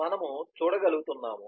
మనము చూడగలుగుతాము